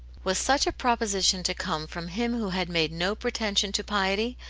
was such a proposition to come from him who had made no pretension to piety,